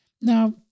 Now